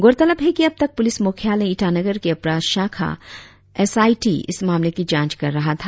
गौरतलब है कि अब तक पुलिस मुख्यालय ईटानगर के अपराध शाखा एस आई टी इस मामले की जांच कर रहा था